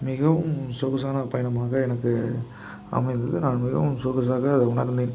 மிகவும் சொகுசான பயணமாக எனக்கு அமைந்தது நான் மிகவும் சொகுசாக உணர்ந்தேன்